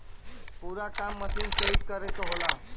पूरा काम मसीन से ही करे के होला